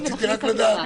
רציתי רק לדעת.